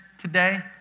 today